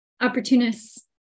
opportunists